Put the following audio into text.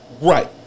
Right